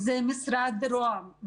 זה משרד רה"מ,